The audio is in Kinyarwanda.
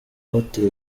hotel